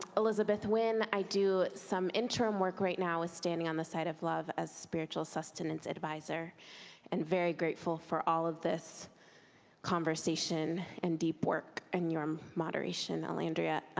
elizabeth winn. i do some interim work right now withstanding on the side of love as spiritual sustenance advisor and very grateful for all of this conversation and deep work and your um moderation, elandria.